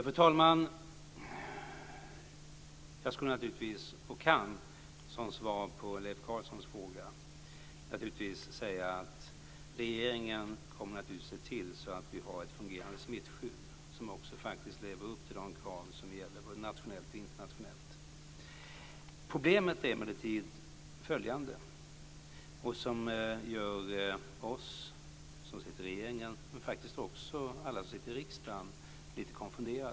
Fru talman! Som svar på Leif Carlsons fråga kan jag säga att regeringen naturligtvis kommer att se till att vi har ett fungerande smittskydd som lever upp till de krav som gäller både nationellt och internationellt. Problemet är emellertid följande - detta gör oss i regeringen och faktiskt alla som sitter i riksdagen lite konfunderade.